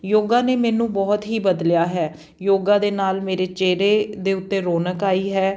ਯੋਗਾ ਨੇ ਮੈਨੂੰ ਬਹੁਤ ਹੀ ਬਦਲਿਆ ਹੈ ਯੋਗਾ ਦੇ ਨਾਲ ਮੇਰੇ ਚਿਹਰੇ ਦੇ ਉੱਤੇ ਰੌਣਕ ਆਈ ਹੈ